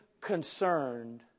concerned